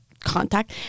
contact